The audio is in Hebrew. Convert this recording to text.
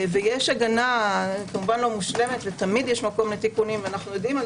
יש הגנה כמובן לא מושלמת ויש מקום לתיקונים ואנחנו יודעים על